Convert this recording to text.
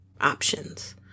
options